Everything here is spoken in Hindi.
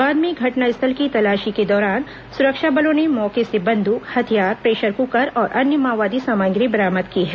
बाद में घटनास्थल की तलाशी के दौरान सुरक्षा बलों ने मौके से बंद्क हथियार प्रेशर क्कर और अन्य माओवादी सामग्री बरामद की है